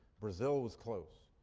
brazil was close.